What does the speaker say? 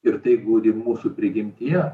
ir tai glūdi mūsų prigimtyje